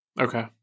Okay